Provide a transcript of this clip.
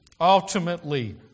ultimately